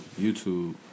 YouTube